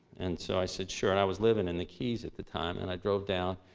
and so i said, sure. and i was living in the keys at the time, and i drove down.